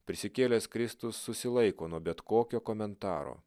prisikėlęs kristus susilaiko nuo bet kokio komentaro